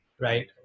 right